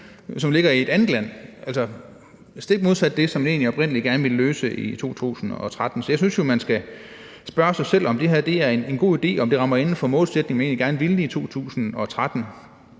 som ligger i et andet land – altså stik modsat det, som man oprindelig gerne ville løse i 2013. Så jeg synes jo, man skal spørge sig selv, om det her er en god idé, om det rammer inden for den målsætning, der var i 2013,